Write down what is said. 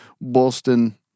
Boston